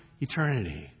eternity